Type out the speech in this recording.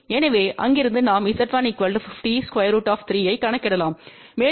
எனவே அங்கிருந்து நாம்Z1 50√3 ஐக்கணக்கிடலாம்மேலும் நமக்கு Z1 Z2 Z3 86